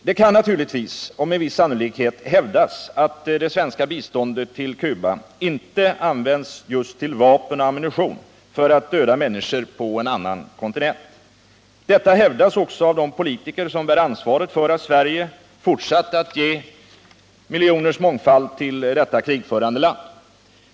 Det kan naturligtvis — och med viss sannolikhet — hävdas att det svenska biståndet till Cuba inte används just till vapen och ammunition för att döda människor på en annan kontinent. Detta hävdas också av de politiker som bär ansvaret för att Sverige fortsatt att ge miljoners mångfald till detta krigförande land.